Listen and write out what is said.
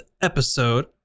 episode